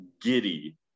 giddy